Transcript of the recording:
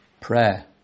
prayer